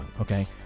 okay